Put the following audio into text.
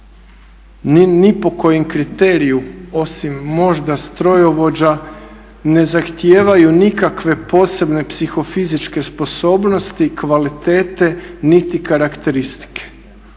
ni po kojem kriteriju osim možda strojovođa ne zahtijevaju nikakve posebne psihofizičke sposobnosti, kvalitete niti karakteristike.